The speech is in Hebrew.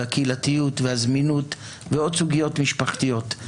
והקהילתיות והזמינות ועוד סוגיות משפחתיות.